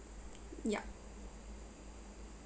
yup